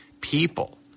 people